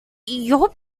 your